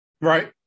Right